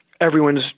everyone's